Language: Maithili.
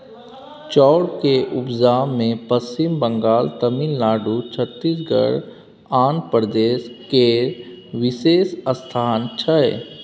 चाउर के उपजा मे पच्छिम बंगाल, तमिलनाडु, छत्तीसगढ़, आंध्र प्रदेश केर विशेष स्थान छै